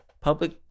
public